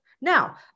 Now